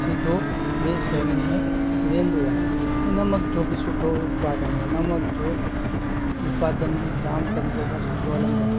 सिधो ॿे शहरनि में वेंदो आहे नमक जो बि सुठो उत्पादन आहे नमक जो उत्पादन बि जाम तरीक़े सां सुठो हलंदो आहे